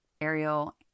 Ariel